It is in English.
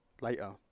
later